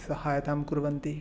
सहायतां कुर्वन्ति